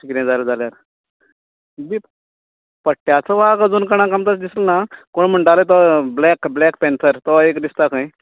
अश किद जाल जाल्यार बिब पट्यांचो वाघ आजून कोणांक आमकां दिसल ना कोण म्हणटाले तो ब्लॅक ब्लॅक पँथर तो एक दिसता खंय